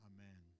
Amen